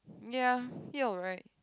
ya he alright